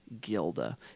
Gilda